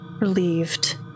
relieved